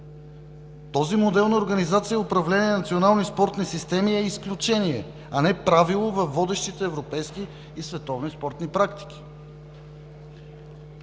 Този модел на организация и управление на национални спортни системи е изключение, а не правило във водещите европейски и световни спортни практики.